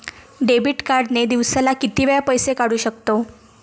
Debit card ने दिवसाला किती वेळा पैसे काढू शकतव?